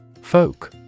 Folk